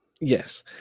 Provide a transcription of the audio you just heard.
Yes